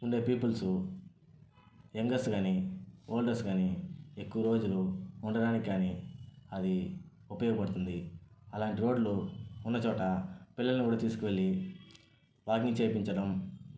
ఉండే peoples youngers కానీ olders కానీ ఎక్కువ రోజులు ఉండడానికి కానీ అదీ ఉపయోగపడుతుంది అలాంటి రోడ్లు ఉన్నచోట పిల్లల్ని కూడా తీసుకెల్లి వాకింగ్ చేపించడం